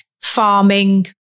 farming